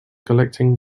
collecting